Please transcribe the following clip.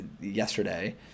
yesterday